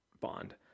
bond